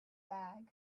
bag